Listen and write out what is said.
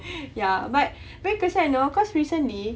ya but very kasihan you know cause recently